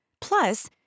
Plus